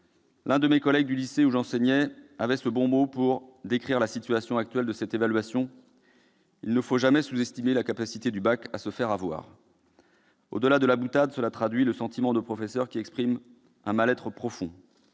L'un de mes collègues du lycée où j'enseignais avait ce bon mot pour décrire la situation actuelle de cette évaluation :« Il ne faut jamais sous-estimer la capacité du bac à se faire avoir ». Au-delà de la boutade, cette formule traduit le mal-être profond